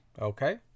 Okay